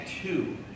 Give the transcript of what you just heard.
two